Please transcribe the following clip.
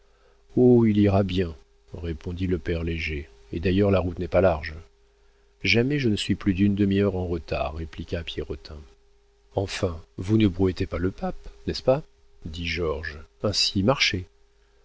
il ira bien répondit le père léger et d'ailleurs la route n'est pas large jamais je ne suis plus d'une demi-heure en retard répliqua pierrotin enfin vous ne brouettez pas le pape n'est-ce pas dit georges ainsi marchez